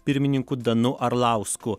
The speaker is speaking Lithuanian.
pirmininku danu arlausku